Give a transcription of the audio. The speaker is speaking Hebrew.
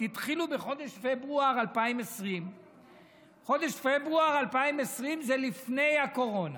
התחילו בחודש פברואר 2020. חודש פברואר 2020 זה לפני הקורונה,